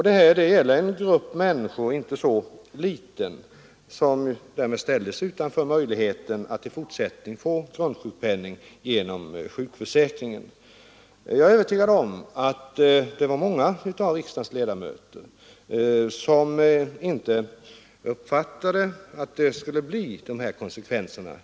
Därigenom ställs en inte så liten grupp människor utanför möjligheten att i fortsättningen få grundsjukpenning genom sjukförsäkringen. Jag är övertygad om att många av riksdagens ledamöter inte hade klart för sig att reformen skulle få sådana konsekvenser.